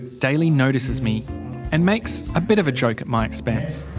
daly notices me and makes a bit of a joke at my expense.